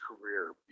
career